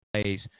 plays